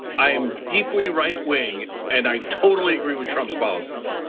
i am deeply right-wing, and i totally agree with trump's policies.